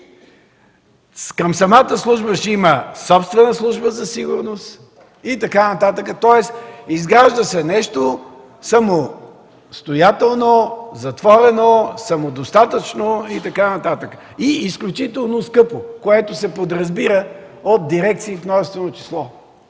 Към самата служба ще има собствена служба за сигурност и така нататък, тоест изгражда се нещо самостоятелно, затворено, самодостатъчно и така нататък и изключително скъпо, което се подразбира от „дирекции” – в множествено число.